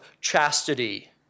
chastity